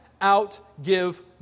out-give